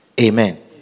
Amen